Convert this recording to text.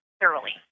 thoroughly